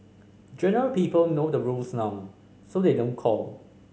generally people know the rules now so they don't call